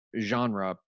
genre